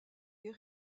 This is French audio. est